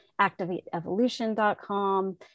activateevolution.com